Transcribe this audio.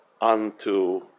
unto